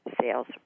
sales